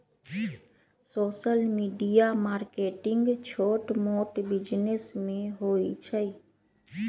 social media marketing छोट मोट business में होई छई